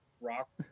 rock